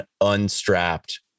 unstrapped